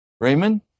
Raymond